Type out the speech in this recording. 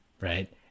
right